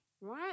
right